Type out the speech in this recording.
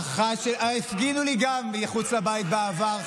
הפגינו לי גם מחוץ לבית בעבר,